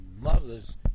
mothers